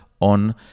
on